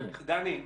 דני,